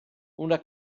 una